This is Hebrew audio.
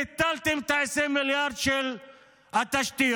ביטלתם את ה-20 מיליארד של התשתיות,